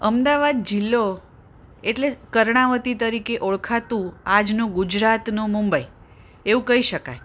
અમદાવાદ જિલ્લો એટલે કર્ણાવતી તરીકે ઓળખાતું આજનું ગુજરાતનું મુંબઈ એવું કહી શકાય